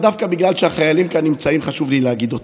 דווקא בגלל שהחיילים נמצאים כאן חשוב לי להגיד: